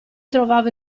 trovavo